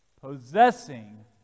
possessing